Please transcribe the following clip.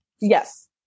yes